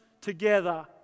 together